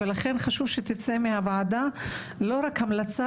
ולכן חשוב שתצא מהוועדה לא רק המלצה